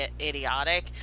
idiotic